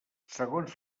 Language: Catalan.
segons